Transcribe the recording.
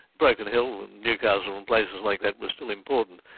broken hill and newcastle and places like that were still important,